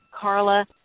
Carla